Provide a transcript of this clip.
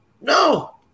No